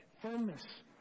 firmness